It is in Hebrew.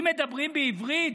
שאם מדברים בעברית,